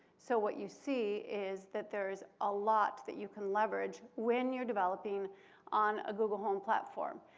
so what you see is that there is a lot that you can leverage when you're developing on a google home platform.